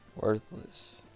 Worthless